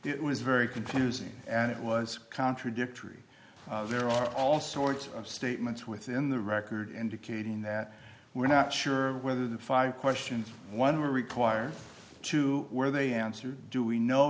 it was very confusing and it was contradictory there are all sorts of statements within the record indicating that we're not sure whether the five questions one were required to where they answered do we know